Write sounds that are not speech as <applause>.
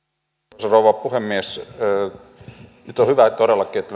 arvoisa rouva puhemies nyt on hyvä todellakin että <unintelligible>